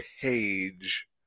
page